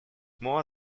more